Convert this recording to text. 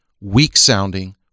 weak-sounding